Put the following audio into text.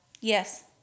Yes